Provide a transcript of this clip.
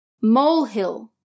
molehill